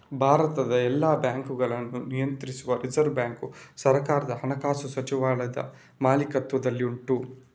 ಭಾರತದ ಎಲ್ಲ ಬ್ಯಾಂಕುಗಳನ್ನ ನಿಯಂತ್ರಿಸುವ ರಿಸರ್ವ್ ಬ್ಯಾಂಕು ಸರ್ಕಾರದ ಹಣಕಾಸು ಸಚಿವಾಲಯದ ಮಾಲೀಕತ್ವದಲ್ಲಿ ಉಂಟು